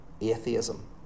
atheism